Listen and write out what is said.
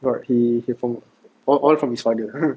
got he he from all from his father